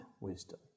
wisdom